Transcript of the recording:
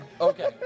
Okay